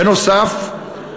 בנוסף,